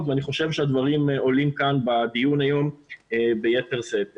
ואני חושב שהדברים עולים כאן בדיון היום ביתר שאת.